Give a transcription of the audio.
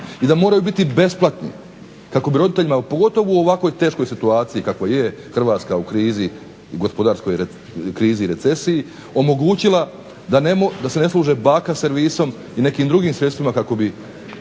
i da moraju biti besplatni kako bi roditeljima, pogotovo u ovakvoj teškoj situaciji kakva je Hrvatska u krizi i gospodarskoj krizi i recesiji omogućila da se ne služe baka servisom i nekim drugim sredstvima kako bi